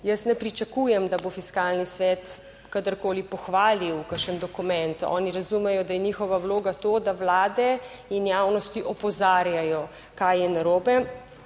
Jaz ne pričakujem, da bo Fiskalni svet kadarkoli pohvalil kakšen dokument; oni razumejo, da je njihova vloga to, da vlade in javnosti opozarjajo, kaj je narobe,